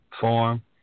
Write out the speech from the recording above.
form